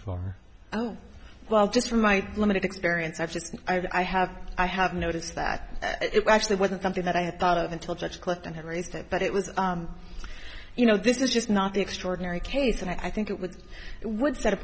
far well just from my limited experience i just i have i have noticed that it actually wasn't something that i had thought of until judge clinton had raised it but it was you know this is just not the extraordinary case and i think it would would set a